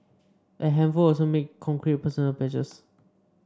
a handful also made concrete personal pledges